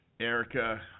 Erica